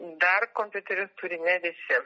dar kompiuterius turi ne visi